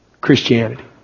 Christianity